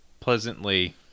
pleasantly